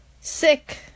sick